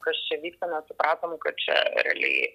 kas čia vyksta mes supratom kad čia realiai